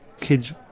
kids